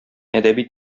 әдәби